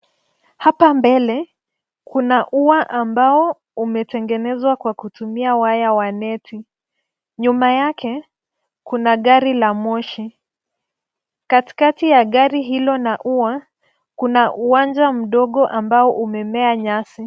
Garimoshi nyeupe, zambarau, na chungwa nyuma ya ua wa chuma. imeegeshwa kwenye reli. Nyasi zimeota karibu na reli. Mandhari ya nyuma inaonekana kuwa na miti na majengo kadhaa. Ua wa waya uko karibu na kamera, na kuunda athari ya kina kifupi cha uwanja. Inaonekana kama sehemu ya kituo cha garimoshi.